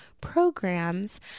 programs